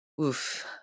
Oof